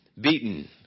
beaten